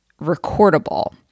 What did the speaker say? recordable